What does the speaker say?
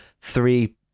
three